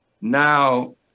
now